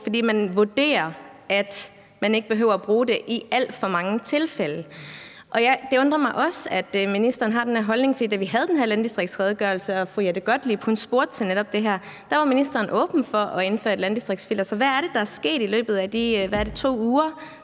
fordi man vurderer, at man ikke behøver at bruge det, i alt for mange tilfælde. Det undrer mig også, at ministeren har den her holdning, for da vi havde den her landdistriktsredegørelsesdebat og fru Jette Gottlieb spurgte til netop det her, var ministeren åben for at indføre et landdistriktsfilter. Så hvad er det, der er sket i løbet af de – hvad